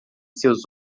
seus